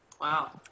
Wow